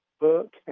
book